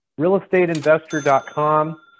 Realestateinvestor.com